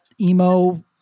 emo